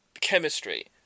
chemistry